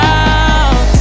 out